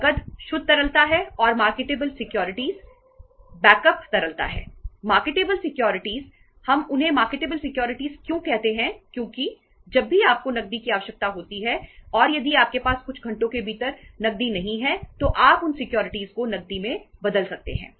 नकद शुद्ध तरलता है और मार्केटेबल सिक्योरिटीज को नकदी में बदल सकते हैं